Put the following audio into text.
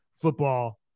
Football